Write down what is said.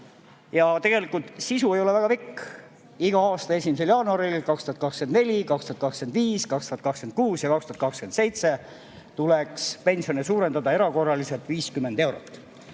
ole tegelikult väga pikk. Iga aasta 1. jaanuaril – 2024, 2025, 2026 ja 2027 – tuleks pensione suurendada erakorraliselt 50 eurot.